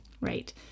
Right